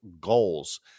goals